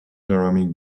ceramic